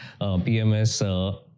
PMS